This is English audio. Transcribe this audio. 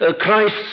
Christ